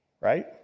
Right